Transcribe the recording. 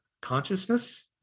consciousness